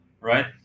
right